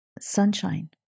Sunshine